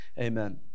amen